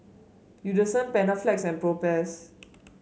Eucerin Panaflex and Propass